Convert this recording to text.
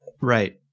Right